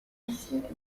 effort